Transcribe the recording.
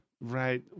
right